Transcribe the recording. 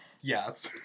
Yes